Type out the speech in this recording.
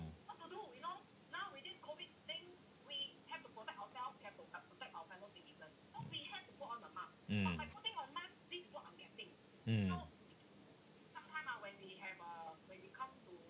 mm mm